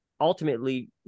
ultimately